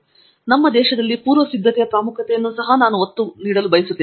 ಫಣಿಕುಮಾರ್ ನಮ್ಮ ದೇಶಕ್ಕೆ ಪೂರ್ವಸಿದ್ದತೆ ಪ್ರಾಮುಖ್ಯತೆಯನ್ನು ಸಹ ನಾನು ಒತ್ತು ಕೊಡಲು ಬಯಸುತ್ತೇನೆ